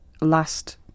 last